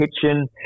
kitchen